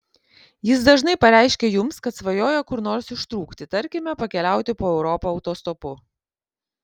jis dažnai pareiškia jums kad svajoja kur nors ištrūkti tarkime pakeliauti po europą autostopu